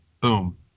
boom